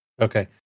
Okay